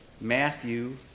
Matthew